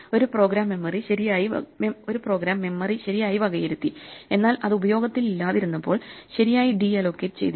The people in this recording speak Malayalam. ഒരു പ്രോഗ്രാം മെമ്മറി ശരിയായി വകയിരുത്തി എന്നാൽ അത് ഉപയോഗത്തിൽ ഇല്ലാതിരുന്നപ്പോൾ ശരിയായി ഡീ അലോക്കേറ്റ് ചെയ്തില്ല